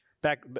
Back